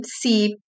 see